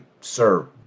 sir